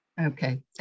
Okay